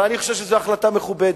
אבל אני חושב שזו החלטה מכובדת.